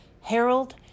Harold